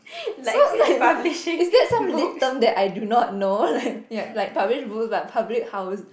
so like is there some relate term that I do not know like ya like publish boost like publish house